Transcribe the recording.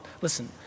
Listen